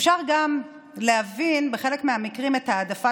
אפשר גם להבין בחלק מהמקרים את ההעדפה